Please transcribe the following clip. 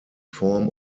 form